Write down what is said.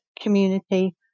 community